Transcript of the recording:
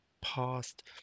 past